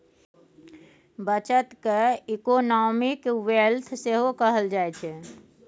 बचत केँ economic wealth सेहो कहल जाइ छै